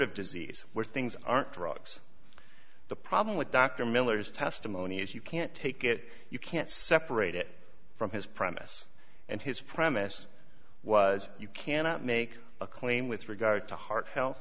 of disease where things aren't drugs the problem with dr miller's testimony is you can't take it you can't separate it from his promise and his premise was you cannot make a claim with regard to heart